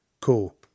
Cool